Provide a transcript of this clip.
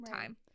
time